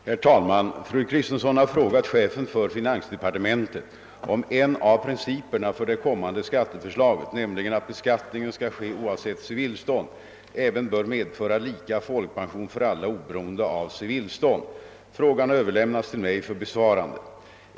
Herr talman! Fru Kristensson har frågat chefen för finansdepartementet om en av principerna för det kommande skatteförslaget — nämligen att beskattningen skall ske oavsett civilstånd — även bör medföra lika folkpension för alla oberoende av civilstånd. Frågan har överlämnats till mig för besvarande.